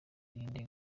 irinde